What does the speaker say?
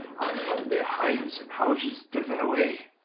are from their hyues and houses driuen away.